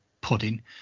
pudding